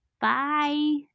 Bye